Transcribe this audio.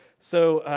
so,